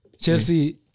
Chelsea